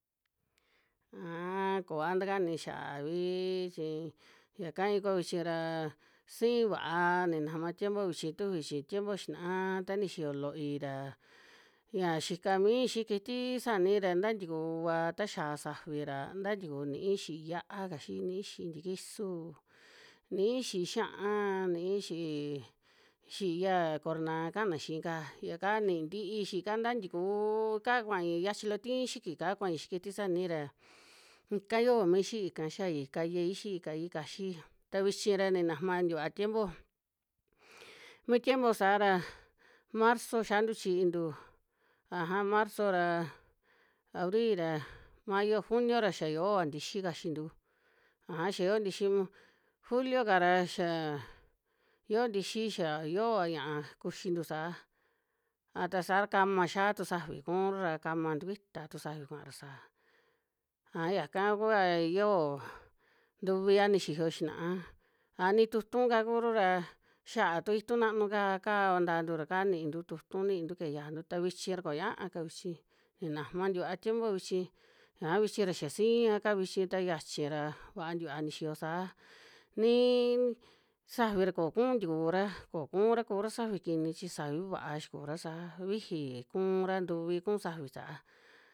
Aa koa takani xiaa vii chi ya kai kua vichi raa siin va'a ninajma tiempo vichi tufi chi, tiempo xinaa ta ni xiyo looi ra, ya xika mii xi kiti sanii ra nta ntikuuva ta xia safi ra nta tikuu, ni'i xi'í yiáa kaxi, ni'i xi'í tikisuu, ni'i xi'í xia'a, ni'i xi'í xi'i ya cornaa kana xii'ka, yaka ni ntii xi'īka nta ntikuu ka kuai yachi loo tiin xiki'ka kuai xii tiki sanai ra, ika yoo mi xi'í ka xiai kayai xi'í kayai kayi kaxii. Ta vichi ra ninajma tivua tiempo, mi tiempo saa ra marzo xiantu chiintu aja marzo ra abri ra, mayo, juno ra xia yova ntixi kaxintu, aja xia yoo ntixi juli'ka ra xia yoo ntixi xia yoova ña'a kuxintu saa, a ta saa kama xiatu safi kuunra ra kama tukuita tu safi kuara saa, a yaka kua iyo ntuvia ni xiyo xinaa. A ni tu'utu ka kuru raa xia'a tu itun naannu ka kaava ntantu ra ka niintu tu'utu nintu keje yiajantu ta vichi ra koñaa ka vichi, ni najma tikuaa tiempo vichi yaja vichi ra xia siia kaa vichi, ta xiachi ra vaa tikua nixiyo saa, nii safi ra koo kuun tikura, ko kuunra kura safi kini chi safi vuaa xikura saa, viji kuunra, ntuvi kuun safi saa.